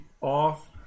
off